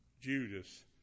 Judas